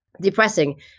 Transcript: depressing